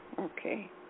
Okay